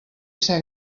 ser